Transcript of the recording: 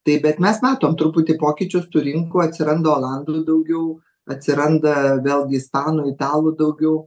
taip bet mes matom truputį pokyčius tų rinkų atsiranda olandų daugiau atsiranda vėlgi ispanų italų daugiau